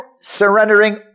surrendering